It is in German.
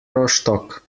rostock